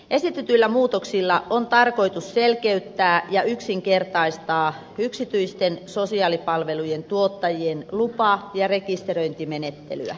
esitetyillä muutoksilla on tarkoitus selkeyttää ja yksinkertaistaa yksityisten sosiaalipalvelujen tuottajien lupa ja rekisteröintimenettelyä